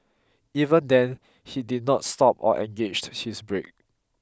even then he did not stop or engaged his brake